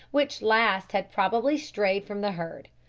which last had probably strayed from the herd.